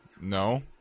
No